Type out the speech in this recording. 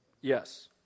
Yes